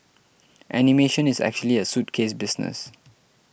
animation is actually a suitcase business